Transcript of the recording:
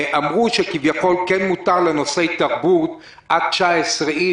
אמרו שכביכול כן מותר בנושאי תרבות עד 19 איש,